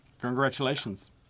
Congratulations